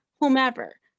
whomever